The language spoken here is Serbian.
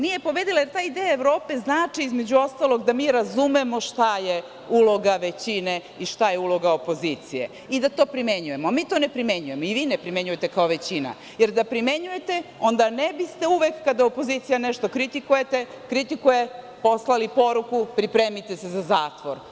Nije pobedila jer taj deo Evrope znači, između ostalog, da mi razumemo šta je uloga većine i šta je uloga opozicije i da to primenjujemo, a mi to ne primenjujemo i vi ne primenjujete kao većina, jer da primenjujete, onda ne biste uvek kada opozicija nešto kritikuje poslali poruku – pripremite se za zatvor.